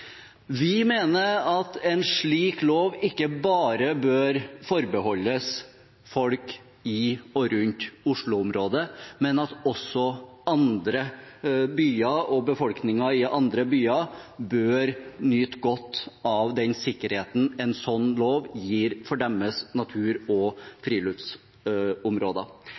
Vi mener at en slik lov ikke bør forbeholdes folk i og rundt Oslo-området, også befolkningen i andre byer bør nyte godt av den sikkerheten en slik lov gir for deres natur- og friluftsområder.